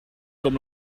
com